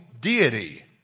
deity